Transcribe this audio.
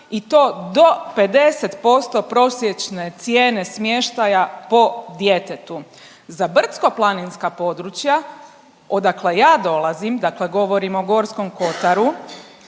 i to do 50% prosječne cijene smještaja po djetetu. Za brdsko-planinska područja odakle ja dolazim, dakle govorim o Gorskom kotaru